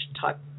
type